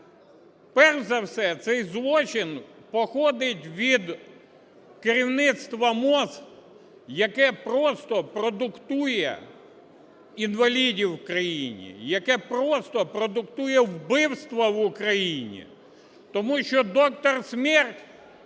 Перш за все цей злочин походить від керівництва МОЗ, яке просто продукує інвалідів в країні, яке просто продукує вбивство в Україні, тому що "доктор смерть"